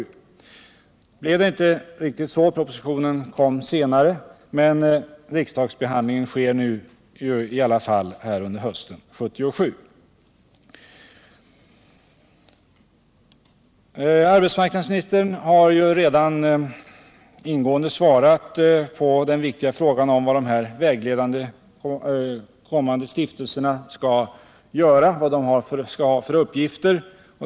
Nu blev det inte riktigt så — propositionen kom senare, men riksdagsbehandlingen sker nu i alla fall under hösten 1977. Arbetsmarknadsministern har redan ingående svarat på den viktiga frågan om vad de kommande stiftelserna skall göra, vad de skall ha för uppgifter.